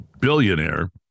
billionaire